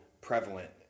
prevalent